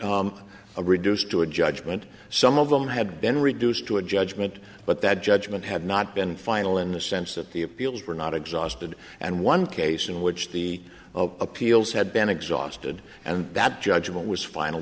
reduced to a judgment some of them had been reduced to a judgment but that judgment had not been final in the sense that the appeals were not exhausted and one case in which the appeals had been exhausted and that judgment was final